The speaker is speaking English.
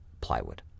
plywood